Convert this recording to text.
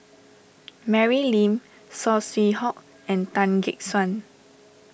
Mary Lim Saw Swee Hock and Tan Gek Suan